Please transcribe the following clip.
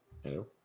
Hello